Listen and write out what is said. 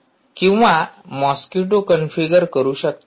Q किंवा Mosquitto configure करू शकता